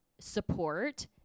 support